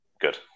Good